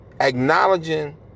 acknowledging